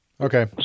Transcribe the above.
Okay